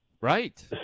Right